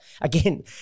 again